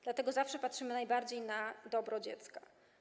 Dlatego zawsze patrzymy najbardziej na dobro dziecka.